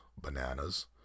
bananas